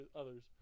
others